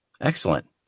excellent